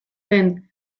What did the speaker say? den